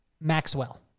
Maxwell